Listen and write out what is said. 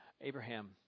Abraham